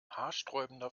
haarsträubender